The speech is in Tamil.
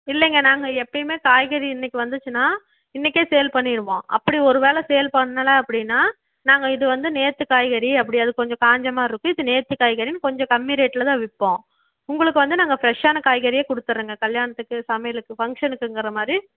இல்லைங்க நாங்கள் எப்பேயுமே காய்கறி இன்றைக்கி வந்துச்சுன்னா இன்றைக்கே சேல் பண்ணிடுவோம் அப்படி ஒரு வேளை சேல் பண்ணலை அப்படின்னா நாங்கள் இது வந்து நேற்று காய்கறி அப்படி அது கொஞ்சம் காஞ்ச மாரிருக்கும் இது நேற்று காய்கறின்னு கொஞ்சம் கம்மி ரேட்டில் தான் விற்போம் உங்களுக்கு வந்து நாங்கள் ஃப்ரெஷ்ஷான காய்கறியே கொடுத்துறேங்க கல்யாணத்துக்கு சமையலுக்கு ஃபங்க்ஷனுக்குங்கிற மாதிரி